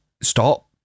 stop